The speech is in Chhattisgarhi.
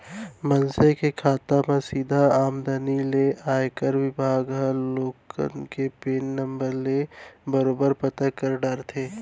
मनसे के खाता म सीधा आमदनी ले आयकर बिभाग ह लोगन के पेन नंबर ले बरोबर पता कर डारथे